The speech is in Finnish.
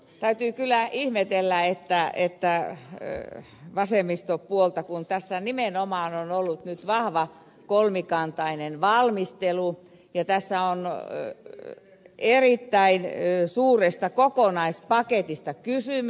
täytyy kyllä ihmetellä vasemmistopuolta kun tässä nimenomaan on ollut nyt vahva kolmikantainen valmistelu ja tässä on erittäin suuresta kokonaispaketista kysymys